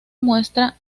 muestra